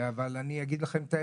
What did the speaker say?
אבל אני אגיד לכם את האמת,